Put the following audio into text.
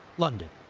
london.